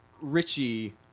Richie